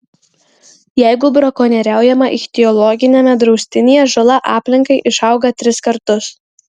jeigu brakonieriaujama ichtiologiniame draustinyje žala aplinkai išauga tris kartus